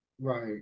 Right